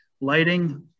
lighting